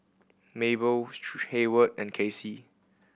Mable Heyward and Kassie